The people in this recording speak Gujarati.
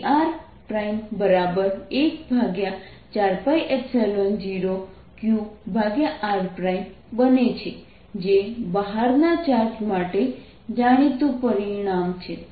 તેથી આ Vr14π0Qr બને છે જે બહારના ચાર્જ માટે જાણીતું પરિણામ છે